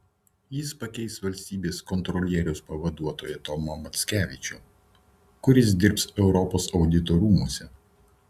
jis pakeis valstybės kontrolieriaus pavaduotoją tomą mackevičių kuris dirbs europos audito rūmuose